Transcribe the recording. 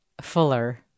fuller